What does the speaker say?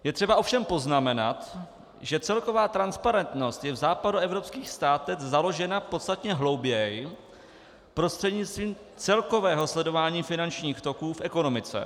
Je třeba ovšem poznamenat, že celková transparentnost je v západoevropských státech založena podstatně hlouběji prostřednictvím celkového sledování finančních toků v ekonomice.